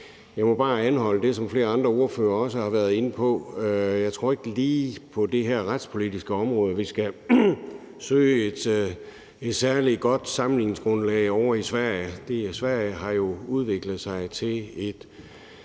Jeg må bare påpege noget, som flere andre ordførere også har været inde på. Jeg tror ikke, at vi lige på det her retspolitiske område skal søge et særlig godt sammenligningsgrundlag ovre i Sverige. Sverige har jo udviklet sig til et